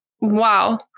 wow